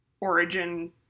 origin